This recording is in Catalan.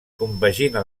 compagina